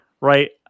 right